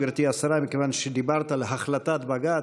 גברתי השרה: מכיוון שדיברת על החלטת בג"ץ,